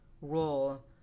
role